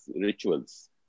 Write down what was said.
rituals